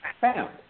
found